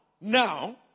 now